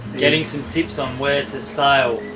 getting some tips on where to so